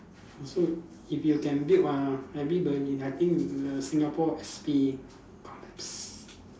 so if you can build ah everybody I think the Singapore S_P collapse